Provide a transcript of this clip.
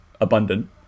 abundant